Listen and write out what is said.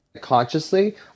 consciously